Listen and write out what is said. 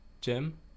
jim